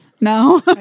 no